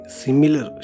similar